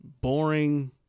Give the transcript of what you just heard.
boring